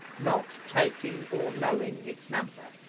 not taking or knowing its number.